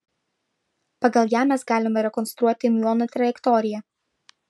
pagal ją mes galime rekonstruoti miuono trajektoriją